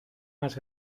más